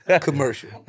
Commercial